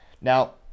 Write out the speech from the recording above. Now